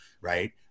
Right